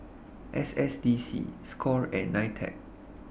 S S D C SCORE and NITEC